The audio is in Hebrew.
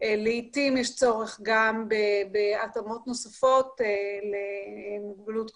לעיתים יש צורך בהתאמות נוספות למוגבלות קוגניטיבית.